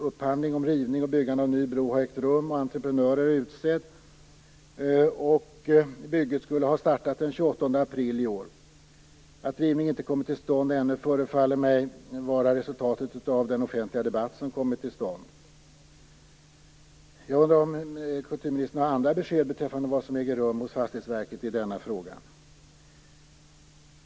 Upphandling av rivning och byggande av ny bro har ägt rum, och entreprenör är utsedd. Bygget skulle ha startat den 28 april i år. Att rivning inte ännu kommit till stånd förefaller mig vara resultatet av den offentliga debatt som kommit till stånd. Jag undrar om kulturministern har andra besked beträffande vad som äger rum hos Fastighetsverket i denna fråga.